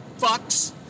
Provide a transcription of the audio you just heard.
fucks